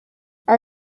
our